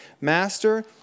Master